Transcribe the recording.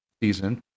season